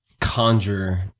conjure